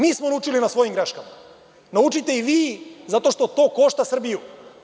Mi smo naučili na svojim greškama, naučite i vi, zato što to košta Srbiju.